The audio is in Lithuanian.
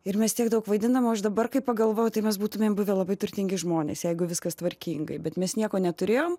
ir mes tiek daug vaidindavom aš dabar kai pagalvoju tai mes būtumėm buvę labai turtingi žmonės jeigu viskas tvarkingai bet mes nieko neturėjom